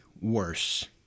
worse